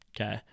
okay